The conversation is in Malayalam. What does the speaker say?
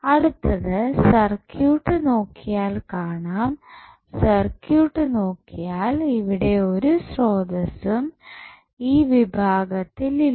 അടുത്തത് സർക്യൂട്ട് നോക്കിയാൽ കാണാം സർക്യൂട്ട് നോക്കിയാൽ ഇവിടെ ഒരു സ്രോതസ്സും ഈ വിഭാഗത്തിൽ ഇല്ല